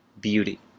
beauty